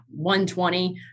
120